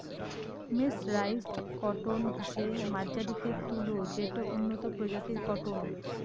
mercerised cotton হসে মার্জারিত তুলো যেটো উন্নত প্রজাতির কটন